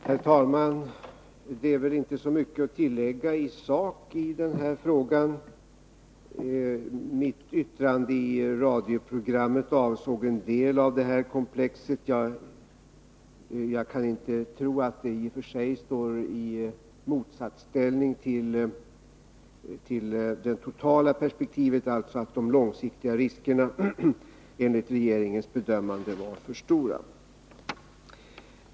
Herr talman! Det är väl inte så mycket att tillägga i sak i denna fråga. Mitt yttrande i radioprogrammet avsåg en del av detta komplex. Jag kan inte tro att det i och för sig står i motsatsställning till det totala perspektivet, att de långsiktiga riskerna enligt regeringens bedömande var alltför stora.